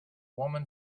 woman